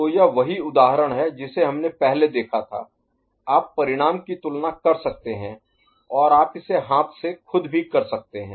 तो यह वही उदाहरण है जिसे हमने पहले देखा था आप परिणाम की तुलना कर सकते हैं और आप इसे हाथ से खुद भी कर सकते हैं